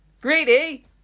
greedy